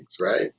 right